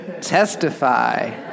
Testify